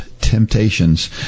temptations